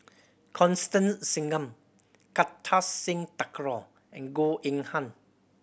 Constance Singam Kartar Singh Thakral and Goh Eng Han